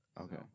okay